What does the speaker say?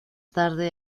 tarde